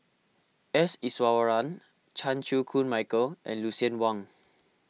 S Iswaran Chan Chew Koon Michael and Lucien Wang